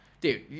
dude